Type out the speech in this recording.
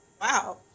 Wow